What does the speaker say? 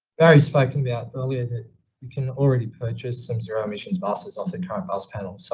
barry spoke about the way that we can already purchase some zero emissions buses off the current bus panel. so